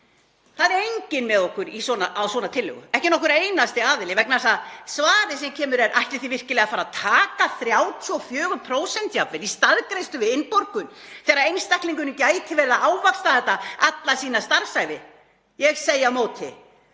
Það er enginn með okkur á svona tillögu, ekki nokkur einasti aðili vegna þess að svarið sem kemur er: Ætlið þið virkilega að fara að taka jafnvel 34% í staðgreiðslu við innborgun þegar einstaklingurinn gæti verið að ávaxta þetta alla sína starfsævi? Ég segi á móti: